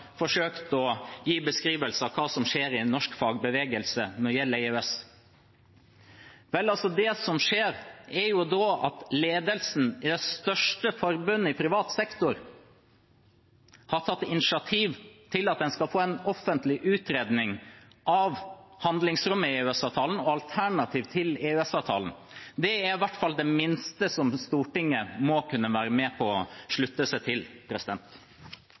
forsøkt å gi en beskrivelse av hva som skjer i norsk fagbevegelse når det gjelder EØS. Vel, det som skjer, er at ledelsen i det største forbundet i privat sektor har tatt initiativ til at en skal få en offentlig utredning av handlingsrommet i EØS-avtalen og alternativ til EØS-avtalen. Det er i hvert fall det minste Stortinget må kunne være med på å slutte seg til.